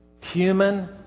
human